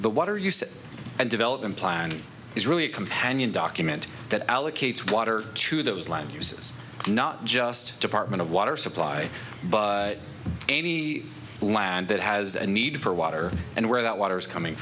that and development plan is really a companion document that allocates water to those land uses not just department of water supply but any land that has a need for water and where that water is coming